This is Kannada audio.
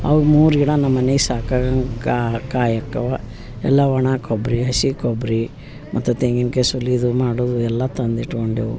ಅವು ಮೂರು ಗಿಡ ನಮ್ಮ ಮನಿಗೆ ಸಾಕಾಗಂಗೆ ಕಾಯಿ ಅಕ್ಕಾವ ಎಲ್ಲ ಒಣ ಕೊಬ್ಬರಿ ಹಸಿ ಕೊಬ್ಬರಿ ಮತ್ತು ತೆಂಗಿನ್ಕಾಯಿ ಸುಲಿದು ಮಾಡುವುದು ಎಲ್ಲ ತಂದು ಇಟ್ಕೊಂಡೇವು